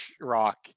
Rock